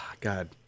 God